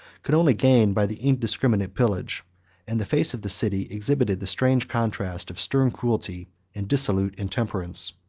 could only gain by the indiscriminate pillage and the face of the city exhibited the strange contrast of stern cruelty and dissolute intemperance.